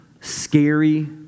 scary